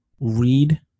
read